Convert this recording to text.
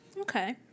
okay